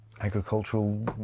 agricultural